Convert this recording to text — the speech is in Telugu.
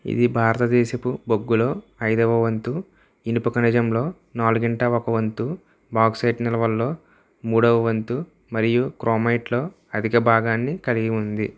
ఇది భారతదేశపు బొగ్గులో ఐదవ వంతు ఇనుప ఖనిజంలో నాలుగింట ఒక వంతు బాక్సైట్ నిల్వల్లో మూడవ వంతు మరియు క్రోమైట్లో అధిక భాగాన్ని కలిగి ఉంది